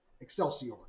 Excelsior